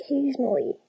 occasionally